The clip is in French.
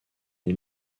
les